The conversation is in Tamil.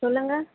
சொல்லுங்க